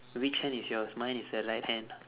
which hand is yours mine is the right hand